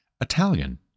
Italian